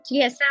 yes